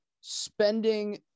spending